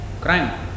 crime